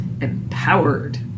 Empowered